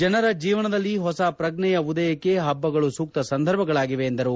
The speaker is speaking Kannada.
ಜನರ ಜೀವನದಲ್ಲಿ ಹೊಸ ಪ್ರಜ್ಞೆಯ ಉದಯಕ್ಕೆ ಹಬ್ಬಗಳು ಸೂಕ್ತ ಸಂದರ್ಭಗಳಾಗಿವೆ ಎಂದರು